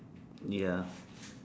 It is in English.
ya